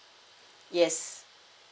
yes